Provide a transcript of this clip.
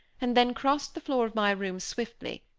and then crossed the floor of my room swiftly,